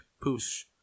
push